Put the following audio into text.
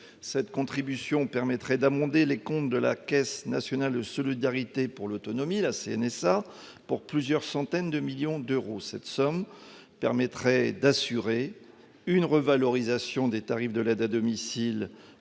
Cette contribution permettrait d'abonder les comptes de la Caisse nationale de solidarité pour l'autonomie, la CNSA, à hauteur de plusieurs centaines de millions d'euros. Cette somme permettrait d'assurer une revalorisation des tarifs de l'aide à domicile